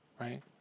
right